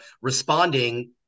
responding